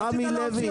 רמי לוי.